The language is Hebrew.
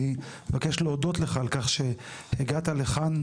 אני מבקש להודות לך על כך שהגעת לכאן,